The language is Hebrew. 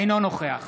אינו נוכח